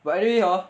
but anyway !huh!